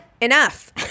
Enough